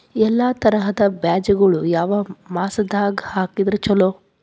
ಎಲ್ಲಾ ತರದ ಬೇಜಗೊಳು ಯಾವ ಮಾಸದಾಗ್ ಹಾಕಿದ್ರ ಛಲೋ?